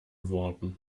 worten